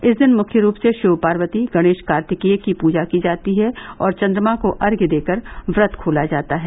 इस दिन मुख्य रूप से शिव पार्वती गणेश कार्तिकेय की पूजा की जाती है और चन्द्रमा को अर्घ्य देकर व्रत खोला जाता है